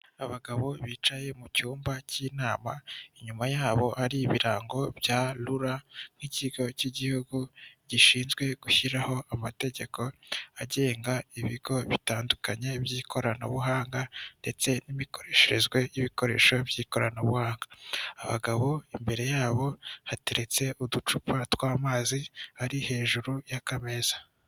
Abagabo bicaye mu cyumba cy'inama inyuma yabo ari ibirango bya rura nk'ikigo cy'igihugu gishinzwe gushyiraho amategeko agenga ibigo bitandukanye by'ikoranabuhanga ndetse n'imikoreshereze y'ibikoresho by'ikoranabuhanga, abagabo imbere yabo hateretse uducupa tw'amazi ari hejuru y'akameza.